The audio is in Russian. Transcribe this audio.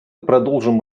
продолжим